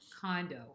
condo